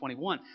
21